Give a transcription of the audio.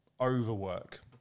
overwork